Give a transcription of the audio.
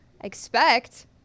expect